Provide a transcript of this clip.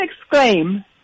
exclaim